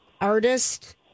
artist